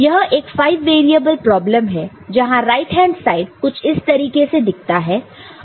यह एक 5 variable problem है जहां राइट हैंड साइड कुछ इस तरीके से दिखता है